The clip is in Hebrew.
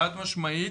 חד משמעית.